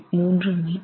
3 metre